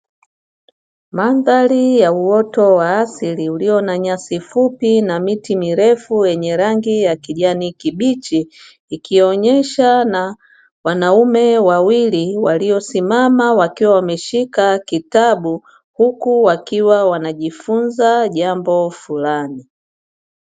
Mandhari ya uoto wa asili ulio na nyasi fupi na miti mirefu wenye rangi ya kijani kibichi, ikionyesha na wanaume wawili waliosimama wakiwa wameshika kitabu huku wakiwa wanajifunza jambo fulani.